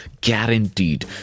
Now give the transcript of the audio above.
guaranteed